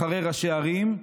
אחרי ראשי ערים,